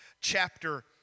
chapter